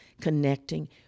connecting